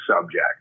subject